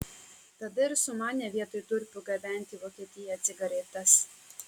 tada ir sumanė vietoj durpių gabenti į vokietiją cigaretes